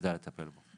שתדע לטפל בו.